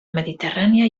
mediterrània